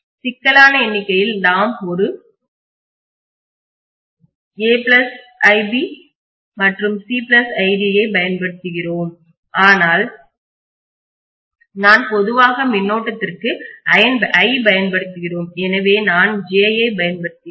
சிக்கலான எண்ணிக்கையில் நாம் ஒரு ib மற்றும் c id ஐப் பயன்படுத்துகிறோம் ஆனால் நான் பொதுவாக மின்னோட்டத்திற்கு i பயன்படுத்துகிறோம் எனவே நான் j ஐப் பயன்படுத்துகிறேன்